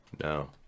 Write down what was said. No